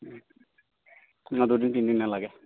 অঁ দুদিন তিনিদিন নালাগে